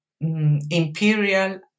imperial